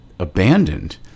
abandoned